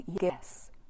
yes